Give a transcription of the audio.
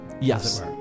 Yes